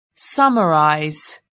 Summarize